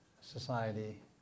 society